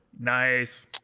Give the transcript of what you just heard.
Nice